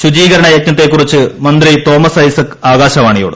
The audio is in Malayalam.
ശുചീകരണ യജ്ഞത്തെക്കുറിച്ച് മന്ത്രി തോമസ് ആകാശവാണിയോട്